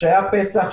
כשהיה פסח,